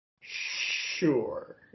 Sure